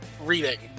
reading